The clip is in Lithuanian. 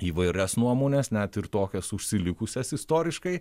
įvairias nuomones net ir tokias užsilikusias istoriškai